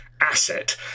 asset